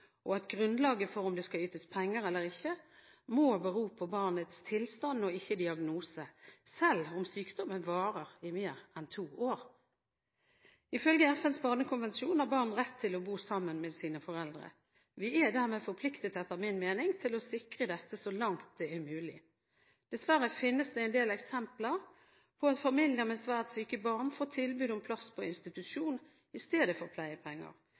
i hjemmet. Grunnlaget for om det skal ytes penger eller ikke, må bero på barnets tilstand, ikke på diagnose, selv om sykdommen varer i mer enn to år. Ifølge FNs barnekonvensjon har barn rett til å bo sammen med sine foreldre. Vi er dermed – etter min mening – forpliktet til å sikre dette så langt det er mulig. Dessverre finnes det en del eksempler på at familier med svært syke barn får tilbud om plass på institusjon for barnet istedenfor pleiepenger,